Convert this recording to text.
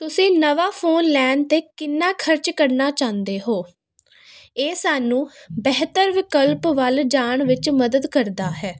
ਤੁਸੀਂ ਨਵਾਂ ਫੋਨ ਲੈਣ 'ਤੇ ਕਿੰਨਾ ਖਰਚ ਕਰਨਾ ਚਾਹੁੰਦੇ ਹੋ ਇਹ ਸਾਨੂੰ ਬਿਹਤਰ ਵਿਕਲਪ ਵੱਲ ਜਾਣ ਵਿੱਚ ਮਦਦ ਕਰਦਾ ਹੈ